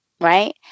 right